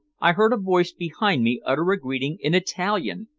i heard a voice behind me utter a greeting in italian,